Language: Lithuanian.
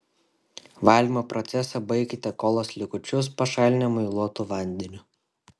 valymo procesą baikite kolos likučius pašalinę muiluotu vandeniu